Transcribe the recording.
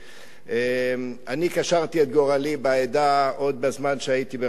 אני קשרתי את גורלי בעדה עוד בזמן שהייתי ברעננה,